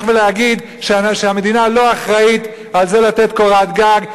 ולהגיד שהמדינה לא אחראית לתת קורת גג,